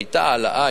היתה העלאה,